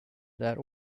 that